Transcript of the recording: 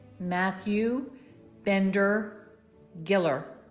matthew bender giller